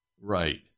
Right